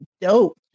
dope